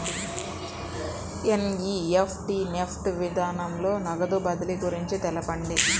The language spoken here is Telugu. ఎన్.ఈ.ఎఫ్.టీ నెఫ్ట్ విధానంలో నగదు బదిలీ గురించి తెలుపండి?